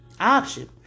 option